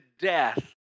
death